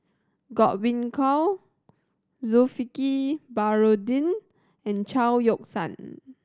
Godwin Koay Zulkifli Baharudin and Chao Yoke San